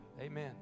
Amen